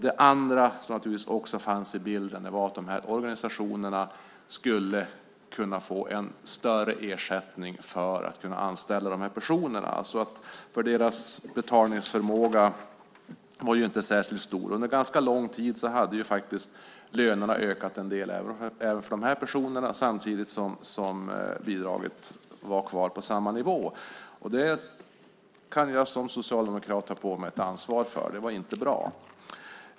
Det andra, som också fanns med i bilden, var att organisationerna skulle kunna få en större ersättning för att kunna anställa de här personerna, eftersom deras betalningsförmåga inte var särskilt stor. Under en ganska lång tid hade faktiskt lönerna ökat en del även för de här personerna samtidigt som bidraget var kvar på samma nivå. Det kan jag som socialdemokrat ta på mig ett ansvar för. Det var inte bra.